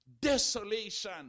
desolation